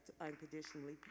unconditionally